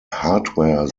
hardware